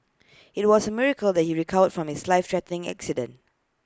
IT was A miracle that he recovered from his life threatening accident